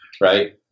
right